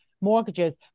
mortgages